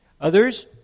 Others